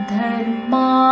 Dharma